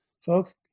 Folks